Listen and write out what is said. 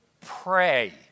Pray